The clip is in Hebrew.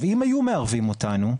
אם היו מערבים אותנו,